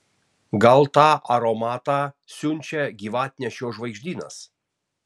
gal tą aromatą siunčia gyvatnešio žvaigždynas